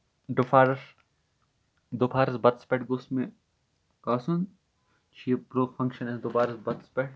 دُپھرَس دُپھہارَس بَتس پٮ۪ٹھ گوٚھ مےٚ آسُن یہِ فنکشن اسہِ دُپہرس بتس پٮ۪ٹھ